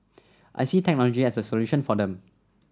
I see technology as a solution for them